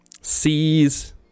sees